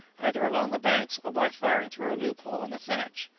either along the banks or by firing through a loophole in the thatch.